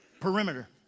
Perimeter